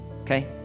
okay